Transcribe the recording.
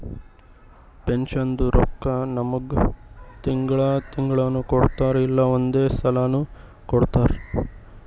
ಪೆನ್ಷನ್ದು ರೊಕ್ಕಾ ನಮ್ಮುಗ್ ತಿಂಗಳಾ ತಿಂಗಳನೂ ಕೊಡ್ತಾರ್ ಇಲ್ಲಾ ಒಂದೇ ಸಲಾನೂ ಕೊಡ್ತಾರ್